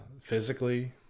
physically